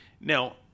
Now